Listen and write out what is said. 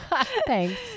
Thanks